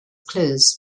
closed